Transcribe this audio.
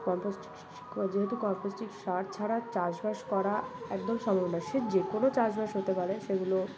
compost সার যেহেতু compost সার ছাড়া চাষবাস করা একদম সম্ভব নয় সে যে কোনো চাষবাস হতে পারে সেগুলো